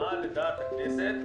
מה עמדת הכנסת,